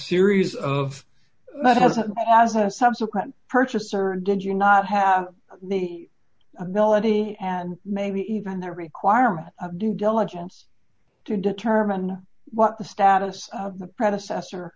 series of but as a as a subsequent purchaser did you not have the ability and maybe even the requirement of due diligence to determine what the status of the predecessor